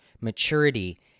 maturity